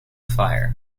fire